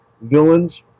villains